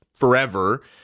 forever